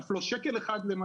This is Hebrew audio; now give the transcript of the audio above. אף לא שקל אחד.